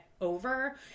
over